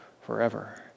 forever